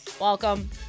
Welcome